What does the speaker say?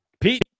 pete